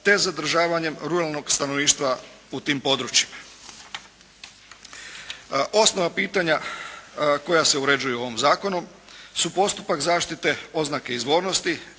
te zadržavanjem ruralnog stanovništva u tim područjima. Osnova pitanja koja se uređuju u ovom zakonu su postupak zaštite oznake izvornosti